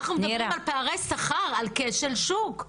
אנחנו מדברים על פערי שכר, על כשל שוק.